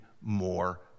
more